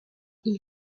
ils